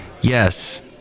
Yes